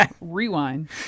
Rewind